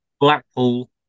Blackpool